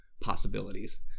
possibilities